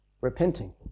Repenting